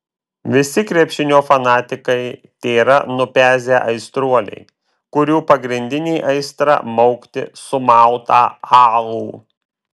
visi krepšinio fanatikai tėra nupezę aistruoliai kurių pagrindinė aistra maukti sumautą alų